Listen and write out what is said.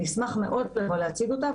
נשמח מאוד לבוא להציג אותה,